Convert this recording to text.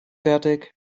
fertig